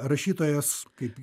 rašytojas kaip